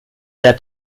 der